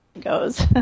goes